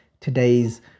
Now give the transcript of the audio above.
today's